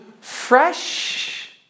fresh